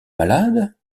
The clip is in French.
malade